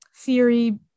theory